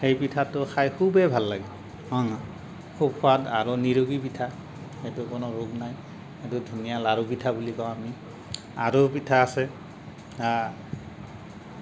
সেই পিঠাটো খাই খুবেই ভাল লাগে খুউব সোৱাদ আৰু নিৰোগী পিঠা সেইটোৰ কোনো ৰোগ নাই সেইটো ধুনীয়া লাড়ু পিঠা বুলি কওঁ আমি আৰু পিঠা আছে